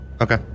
okay